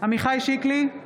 עמיחי שיקלי,